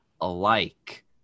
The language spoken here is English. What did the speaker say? alike